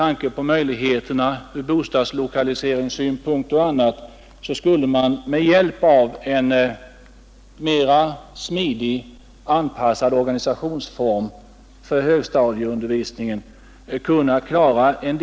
a. bostadslokaliseringen kan betyda en hel del, så att man inte behövde göra alltför våldsamma ingrepp i den organisation för högstadieundervisningen som man redan har.